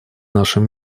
нашем